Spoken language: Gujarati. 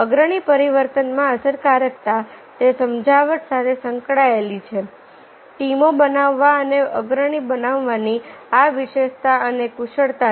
અગ્રણી પરિવર્તનમાં અસરકારકતા તે સમજાવટ સાથે સંકળાયેલી છે ટીમો બનાવવા અને અગ્રણી બનાવવાની આ વિશેષતા અને કુશળતા છે